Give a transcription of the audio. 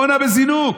הקורונה בזינוק,